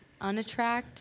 unattract